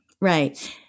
right